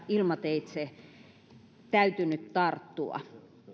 ilmateitse täytynyt tarttua